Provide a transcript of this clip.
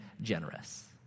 generous